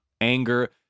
anger